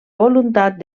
voluntat